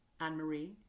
Anne-Marie